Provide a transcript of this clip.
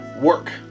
work